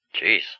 Jeez